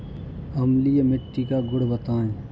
अम्लीय मिट्टी का गुण बताइये